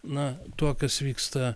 na tuo kas vyksta